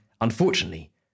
unfortunately